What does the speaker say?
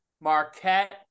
Marquette